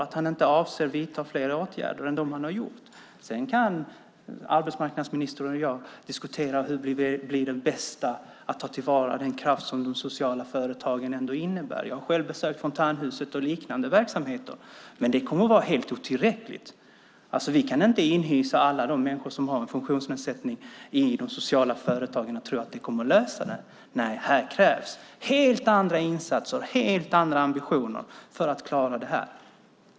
Han avser inte att vidta flera åtgärder än dem han har gjort. Arbetsmarknadsministern och jag kan diskutera hur vi vill bli de bästa att ta till vara den kraft som de sociala företagen innebär - jag har själv besökt Fontänhuset och liknande verksamheter. Men det kommer att vara helt otillräckligt. Vi kan inte inhysa alla människor som har en funktionsnedsättning i de sociala företagen och tro att det kommer att lösa det. Här krävs helt andra insatser, helt andra ambitioner för att klara det.